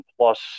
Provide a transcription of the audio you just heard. plus